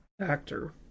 actor